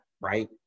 right